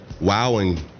wowing